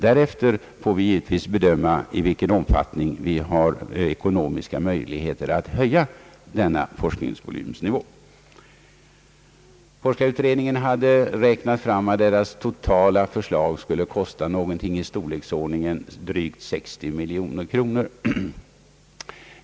Därefter får vi givetvis bedöma i vilken omfattning vi har ekonomiska möjligheter att hålla denna nivå. Forskarutredningen hade räknat fram vad dess totala förslag skulle kosta att genomföra — det blev någonting i storleksordningen drygt 60 miljoner kronor.